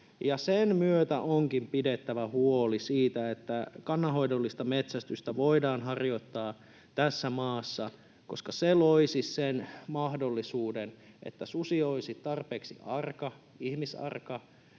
sen myötä onkin pidettävä huoli siitä, että kannanhoidollista metsästystä voidaan harjoittaa tässä maassa, koska se loisi sen mahdollisuuden, että susi olisi tarpeeksi arka,